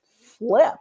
flip